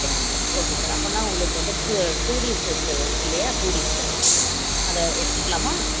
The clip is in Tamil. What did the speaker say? டென் நம்பர்ஸ் ஓகே சார் அப்போன்னா உங்களுக்கு வந்து டூ டூரிஸ்ட்டு இருக்கு இருக்குல்லையா டூரிஸ்ட்டர் அதை எடுத்துக்கலாமா